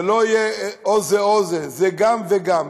זה לא יהיה או זה או זה, זה גם וגם.